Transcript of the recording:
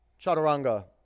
Chaturanga